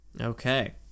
Okay